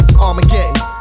Armageddon